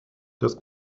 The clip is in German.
das